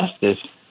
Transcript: Justice